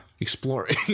exploring